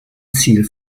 ziel